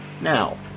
Now